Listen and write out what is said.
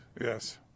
Yes